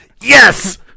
Yes